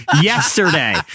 yesterday